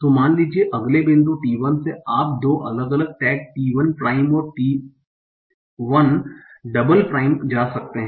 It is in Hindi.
तो मान लीजिए अगले बिंदु t1 से आप दो अलग अलग टैग t1 प्राइम और t1 डबल प्राइम जा सकते हैं